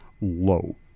low